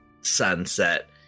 sunset